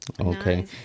Okay